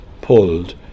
pulled